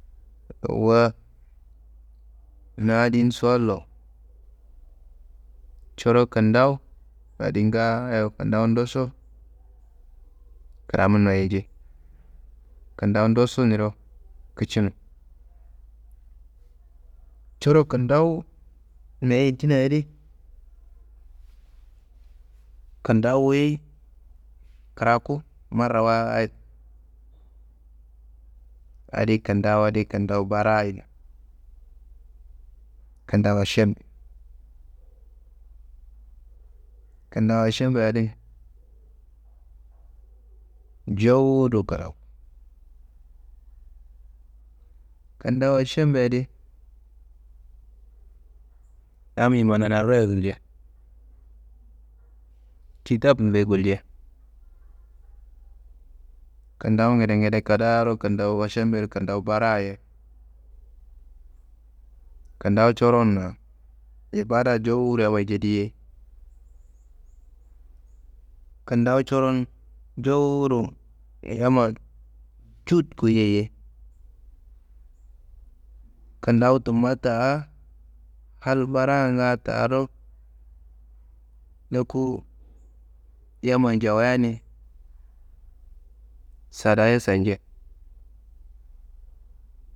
Wua na adin suwallo, coro kintawu adi ngaayo kintawu nduso, kiram noyi nji, kintawu nduso niro kici no, coro kintawu meyi yindi n adi, kintawu wuyi kiraku marawayid, adi kintawu adi, kintawu baraye, kintawu ašem. Kintawu ašembe adi jowuro kiraku, kintawu ašembe adi, yammiyi mana nariroyi gulce, kitabinumbe gulce, kintawu ngedegnede kadaaro, kintawu ašembero kintawu baraye, kintawu coronna ibada jowuro yammayi jediye kintawu coron jowuro yamma jut goyei ye. Kintawu tumma ta hal baranga taro laku, yammayi jawayia ni sadaye sencei.